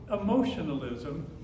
emotionalism